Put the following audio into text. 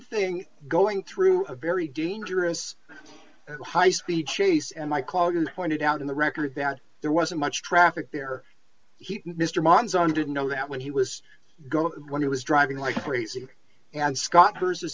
thing going through a very dangerous high speed chase and my colleague pointed out in the record that there wasn't much traffic there he mr manzoni didn't know that when he was going when he was driving like crazy and scott versus